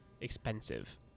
expensive